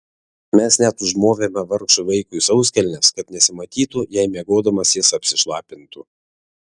mes net užmovėme vargšui vaikui sauskelnes kad nesimatytų jei miegodamas jis apsišlapintų